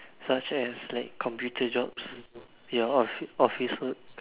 such as like computer jobs ya off~ office work